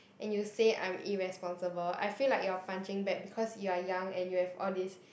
and you say I'm irresponsible I feel like you're punching back because you are young and you have all this